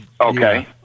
okay